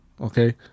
Okay